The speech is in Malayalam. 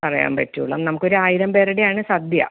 പറയാൻ പറ്റുള്ളൂ നമുക്കൊരു ആയിരം പേരുടെയാണ് സദ്യ